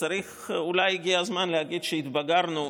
אולי הגיע הזמן להגיד שהתבגרנו,